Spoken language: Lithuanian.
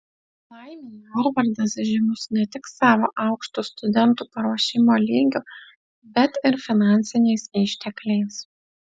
laimei harvardas žymus ne tik savo aukštu studentų paruošimo lygiu bet ir finansiniais ištekliais